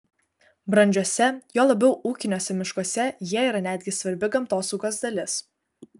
brandžiuose juo labiau ūkiniuose miškuose jie yra netgi svarbi gamtosaugos dalis